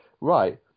right